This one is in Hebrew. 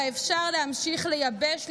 שלפיה אפשר להמשיך לייבש,